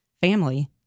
family